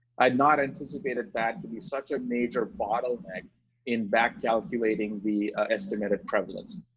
i had not anticipated that to be such a major bottleneck in back calculating the estimated prevalence.